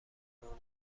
دنیا